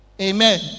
amen